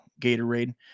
Gatorade